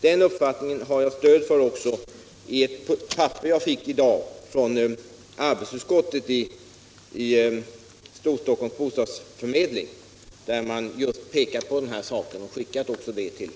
Den uppfattningen har jag stöd för i ett papper som jag i dag fick från arbetsutskottet i Storstockholms bostadsförmedling som vill fästa riksdagens uppmärksamhet vid just dessa problem.